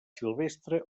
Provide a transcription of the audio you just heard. silvestre